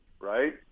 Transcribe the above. right